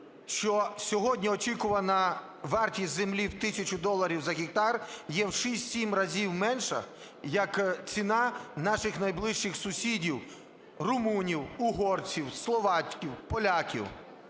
що сьогодні очікувана вартість землі в тисячу доларів за гектар є в 6-7 разів менша, як ціна наших найближчих сусідів: румунів, угорців, словаків, поляків.